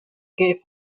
gave